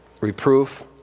Reproof